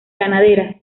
ganadera